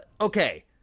Okay